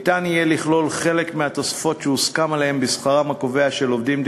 ניתן יהיה לכלול חלק מהתוספות שהוסכם עליהן בשכרם הקובע של עובדים,